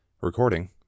Recording